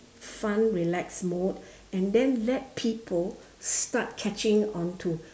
fun relaxed mode and then let people start catching onto